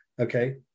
okay